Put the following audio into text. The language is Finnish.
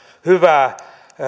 hyvää